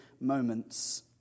moments